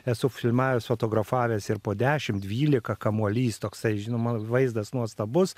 esu filmavęs fotografavęs ir po dešimt dvylika kamuolys toksai žinoma vaizdas nuostabus